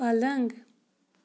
پلنٛگ